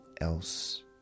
else